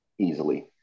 Easily